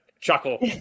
chuckle